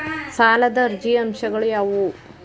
ಸಾಲದ ಅರ್ಜಿಯ ಅಂಶಗಳು ಯಾವುವು?